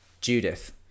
judith